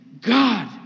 God